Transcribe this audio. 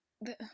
the-